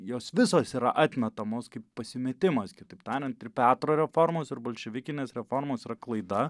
jos visos yra atmetamos kaip pasimetimas kitaip tariant ir petro reformos ir bolševikinės reformos yra klaida